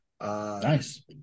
Nice